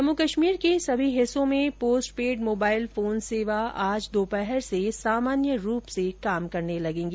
जम्मू कश्मीर के सभी हिस्सों में पोस्टपेड मोबाइल फोन सेवा आज दोपहर से सामान्य रूप से काम करने लगेगी